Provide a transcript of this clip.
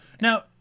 now